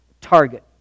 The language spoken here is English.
target